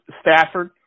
Stafford